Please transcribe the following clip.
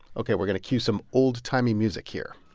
ok, we're going to cue some old-timey music here